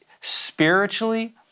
spiritually